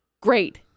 great